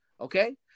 Okay